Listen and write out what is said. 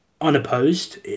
unopposed